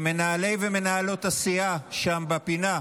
מנהלי ומנהלות הסיעה שם בפינה.